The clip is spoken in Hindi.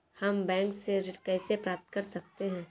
हम बैंक से ऋण कैसे प्राप्त कर सकते हैं?